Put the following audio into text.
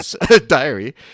diary